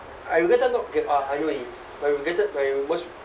I regretted not get~ uh I regretted my worst